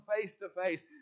face-to-face